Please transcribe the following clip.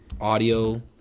audio